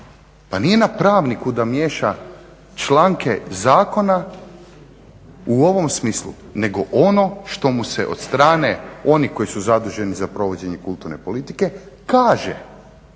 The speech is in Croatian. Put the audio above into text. Pa nije na pravniku da miješa članke zakona u ovom smislu nego što mu se od strane onih koji su zaduženi za provođenje kulturne politike kaže